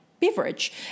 beverage